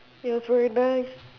it was really nice